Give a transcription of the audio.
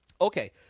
okay